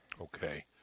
Okay